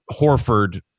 Horford